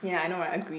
ya I know right agreed